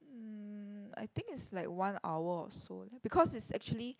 mm I think it's like one hour or so because it's actually